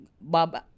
bob